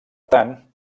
tant